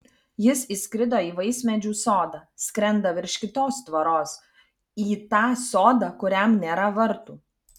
jis įskrido į vaismedžių sodą skrenda virš kitos tvoros į tą sodą kurian nėra vartų